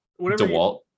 DeWalt